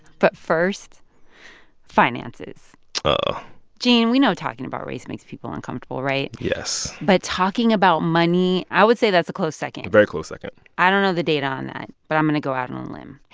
but first finances oh gene, we know talking about race makes people uncomfortable, right? yes but talking about money, i would say that's a close second very close second i don't know the data on that but i'm going to go out and on a limb.